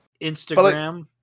instagram